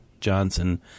Johnson